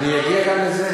אגיע גם לזה.